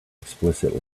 explicit